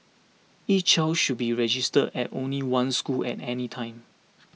each child should be registered at only one school at any time